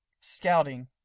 Scouting